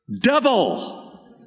Devil